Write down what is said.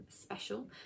special